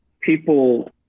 people